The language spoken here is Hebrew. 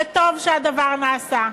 וטוב שהדבר נעשה.